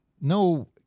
no